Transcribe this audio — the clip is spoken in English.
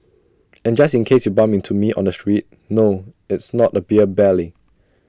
also just in case you bump into me on the streets no it's not A beer belly